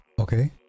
okay